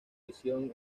visión